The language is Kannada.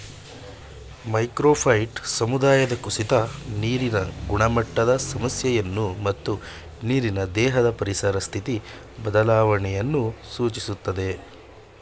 ಮ್ಯಾಕ್ರೋಫೈಟ್ ಸಮುದಾಯದ ಕುಸಿತ ನೀರಿನ ಗುಣಮಟ್ಟದ ಸಮಸ್ಯೆಯನ್ನು ಮತ್ತು ನೀರಿನ ದೇಹದ ಪರಿಸರ ಸ್ಥಿತಿ ಬದಲಾವಣೆಯನ್ನು ಸೂಚಿಸ್ತದೆ